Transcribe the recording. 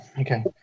Okay